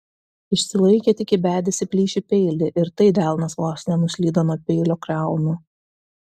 išsilaikė tik įbedęs į plyšį peilį ir tai delnas vos nenuslydo nuo peilio kriaunų